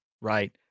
right